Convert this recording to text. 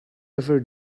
ever